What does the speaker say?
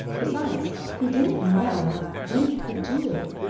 besides, he didn't know what he could do.